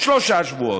שלושה שבועות.